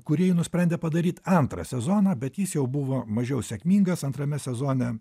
kūrėjai nusprendė padaryt antrą sezoną bet jis jau buvo mažiau sėkmingas antrame sezone